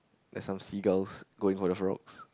there's some seagulls going for the frogs